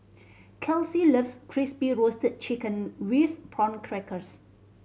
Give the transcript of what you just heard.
Kelcie loves Crispy Roasted Chicken with Prawn Crackers